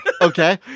okay